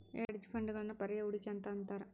hedge ಫಂಡ್ಗಳನ್ನು ಪರ್ಯಾಯ ಹೂಡಿಕೆ ಅಂತ ಅಂತಾರ